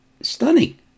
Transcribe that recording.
stunning